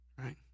right